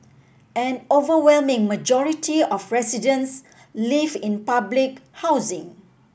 an overwhelming majority of residents live in public housing